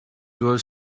was